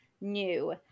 new